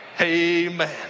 Amen